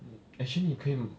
mm actually 你可以